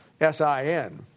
S-I-N